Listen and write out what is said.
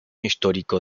histórico